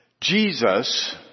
Jesus